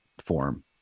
form